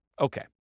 Okay